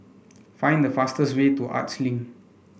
find the fastest way to Arts Link